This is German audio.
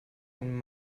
einen